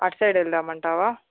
అటు సైడ్ వెళ్దామంటావా